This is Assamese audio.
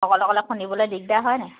অকলে অকলে খুন্দিবলৈ দিগদাৰ হয় নাই